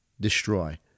destroy